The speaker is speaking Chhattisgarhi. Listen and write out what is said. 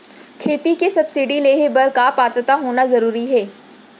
खेती के सब्सिडी लेहे बर का पात्रता होना जरूरी हे?